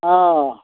ओह